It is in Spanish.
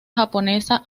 japonesa